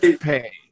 pay